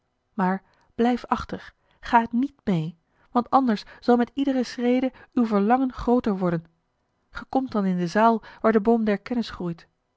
maar blijf achter ga niet mee want anders zal met iedere schrede uw verlangen grooter worden ge komt dan in de zaal waar de boom der kennis groeit